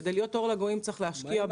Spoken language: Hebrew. כדי להיות אור לגויים צריך להשקיע.